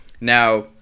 Now